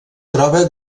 troba